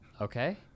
Okay